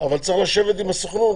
אבל צריך לשבת עם הסוכנות,